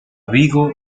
vigo